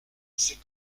c’est